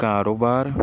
ਕਾਰੋਬਾਰ